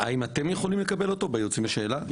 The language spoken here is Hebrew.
האם אתם יכולים לקבל אותו ביוצאים לשינוי?